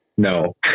No